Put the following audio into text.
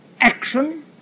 action